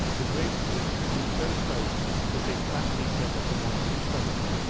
the grapes of which grew so close that they flattened each other for want of space.